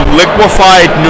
liquefied